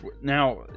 Now